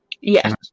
Yes